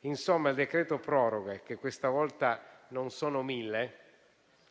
Insomma, il decreto-legge proroga termini - e questa volta non sono mille